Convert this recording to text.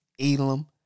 Elam